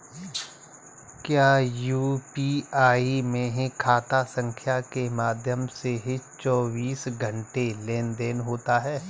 क्या यू.पी.आई में खाता संख्या के माध्यम से चौबीस घंटे लेनदन होता है?